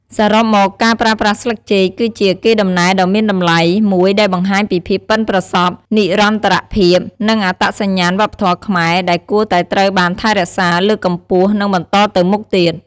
សរុបមក ការប្រើប្រាស់ស្លឹកចេក គឺជា កេរដំណែលដ៏មានតម្លៃ មួយដែលបង្ហាញពីភាពប៉ិនប្រសប់ និរន្តរភាព និងអត្តសញ្ញាណវប្បធម៌ខ្មែរ ដែលគួរតែត្រូវបានថែរក្សា លើកកម្ពស់ និងបន្តទៅមុខទៀត។